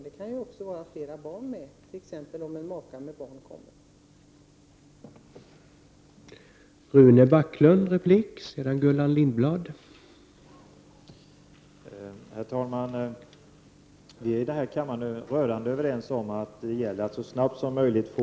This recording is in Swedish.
Det kan ju t.ex. vara flera barn med i sammanhanget — om t.ex. det är en maka med barn som kommer till Sverige.